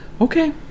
Okay